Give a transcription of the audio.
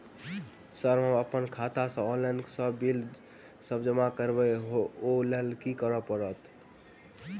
Sir हम अप्पन खाता सऽ ऑनलाइन सऽ बिल सब जमा करबैई ओई लैल की करऽ परतै?